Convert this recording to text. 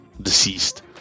deceased